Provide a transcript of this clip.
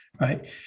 right